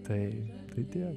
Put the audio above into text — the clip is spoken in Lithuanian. tai tiek